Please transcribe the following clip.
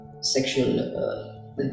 sexual